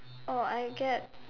oh I get